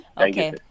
Okay